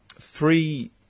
three